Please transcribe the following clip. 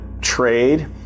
trade